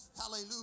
Hallelujah